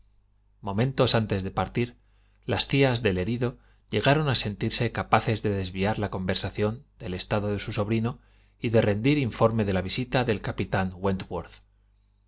momentos antes de partir las tías del herido llegaron a sentirse capaces de desviar la conversación del estado de su sobrino y de rendir informe de la visita del capitán